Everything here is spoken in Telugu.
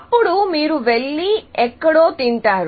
అప్పుడు మీరు వెళ్లి ఎక్కడో తింటారు